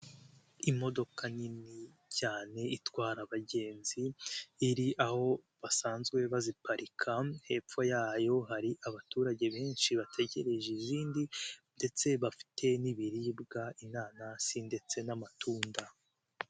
Imodoka nini cyane itwara abagenzi iri aho basanzwe baziparika, hepfo yayo hari abaturage benshi bategereje izindi ndetse bafite n'ibiribwa inanasi ndetse n'amatunda.